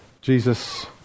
Jesus